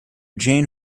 jane